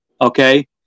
Okay